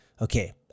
okay